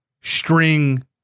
string